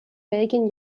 belgien